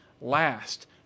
last